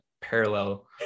parallel